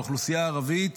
באוכלוסייה הערבית,